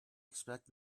expect